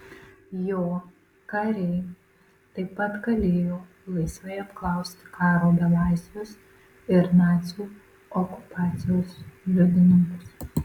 jo kariai taip pat galėjo laisvai apklausti karo belaisvius ir nacių okupacijos liudininkus